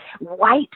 white